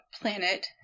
planet